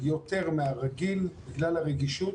יותר מהרגיל בגלל הרגישות,